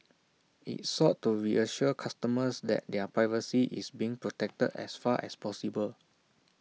IT sought to reassure customers that their privacy is being protected as far as possible